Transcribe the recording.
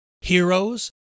heroes